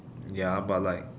ya but like